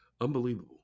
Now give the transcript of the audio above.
Unbelievable